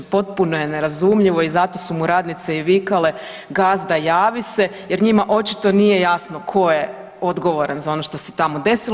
Potpuno je nerazumljivo i zato su mu i radnice i vikale, gazda javi se, jer njima očito nije jasno tko je odgovoran za ono što se tamo desilo.